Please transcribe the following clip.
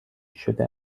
شده